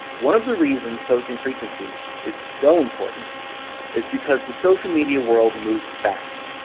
one of the reasons posting frequency is so important is because the social media world moves fast,